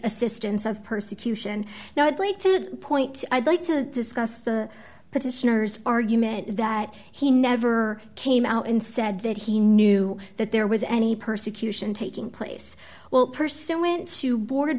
assistance of persecution now i'd like to point to i'd like to discuss the petitioners argument that he never came out and said that he knew that there was any persecution taking place well pursuant to board